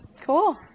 Cool